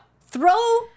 Throw